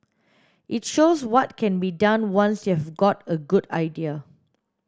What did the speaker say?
it shows what can be done once you have got a good idea